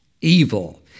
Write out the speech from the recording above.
evil